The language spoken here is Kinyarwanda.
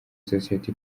sosiyete